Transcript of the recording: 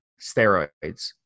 steroids